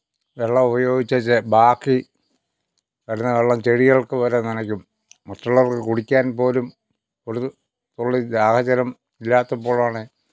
വെള്ളം ഉപയോഗിച്ചേച്ച് ബാക്കി വരുന്ന വെള്ളം ചെടികൾക്കു വരെ നനയ്ക്കും മറ്റുള്ളവർക്ക് കുടിക്കാൻ പോലും ഒരു തുള്ളി ദാഹജലം ഇല്ലാത്തപ്പോഴാണ്